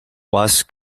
was